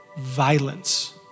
violence